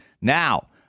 Now